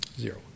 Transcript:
Zero